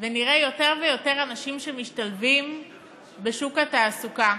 ונראה יותר ויותר אנשים שמשתלבים בשוק התעסוקה.